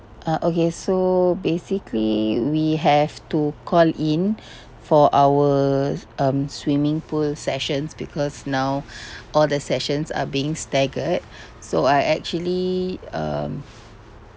uh okay so basically we have to call in for our um swimming pool sessions because now all the sessions are being staggered so I actually um